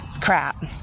crap